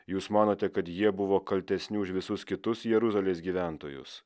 jūs manote kad jie buvo kaltesni už visus kitus jeruzalės gyventojus